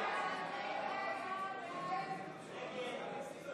הסתייגות 12 לא נתקבלה.